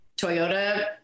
Toyota